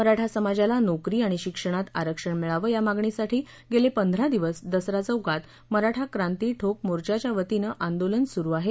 मराठा समाजाला नोकरी आणि शिक्षणात आरक्षण मिळावं या मागणीसाठी गेले पंधऱा दिवस दसरा चौकात मराठा क्रांती ठोक मोर्चाच्या वतीनं आंदोलन सुरु आहे